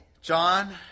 John